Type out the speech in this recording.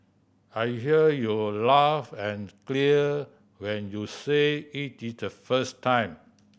I heard you laugh and clear when you said it the first time